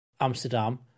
Amsterdam